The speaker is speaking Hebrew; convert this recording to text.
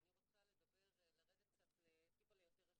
אני רוצה לדבר לרדת קצת לטיפל'ה יותר רזולוציות.